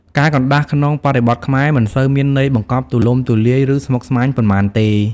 ការកណ្ដាស់ក្នុងបរិបទខ្មែរ មិនសូវមានន័យបង្កប់ទូលំទូលាយ ឬស្មុគស្មាញប៉ុន្មានទេ។